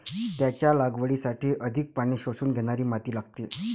त्याच्या लागवडीसाठी अधिक पाणी शोषून घेणारी माती लागते